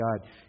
god